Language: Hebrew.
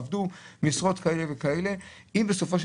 עבדו משרות כאלה וכאלה ואם בסופו של